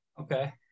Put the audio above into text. Okay